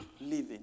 living